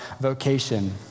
vocation